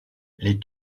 les